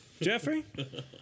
Jeffrey